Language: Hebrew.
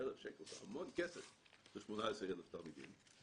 39,000 שקל זה המון כסף ל-18,000 תלמידים,